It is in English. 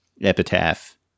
Epitaph